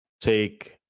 take